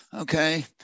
okay